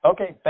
Okay